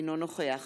אינו נוכח